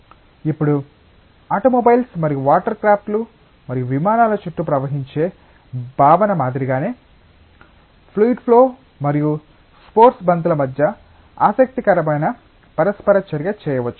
ఇప్పుడు ఆటోమొబైల్స్ మరియు వాటర్క్రాఫ్ట్లు మరియు విమానాల చుట్టూ ప్రవహించే భావన మాదిరిగానే ఫ్లూయిడ్ ఫ్లో మరియు స్పోర్ట్స్ బంతుల మధ్య ఆసక్తికరమైన పరస్పర చర్య చేయవచ్చు